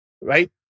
right